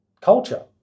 culture